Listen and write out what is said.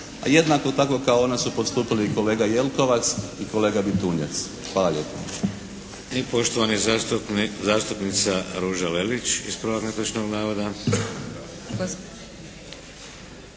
jednako tako kao ona su postupili kolega Jelkovac i kolega Bitunjac. Hvala lijepa.